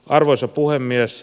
arvoisa puhemies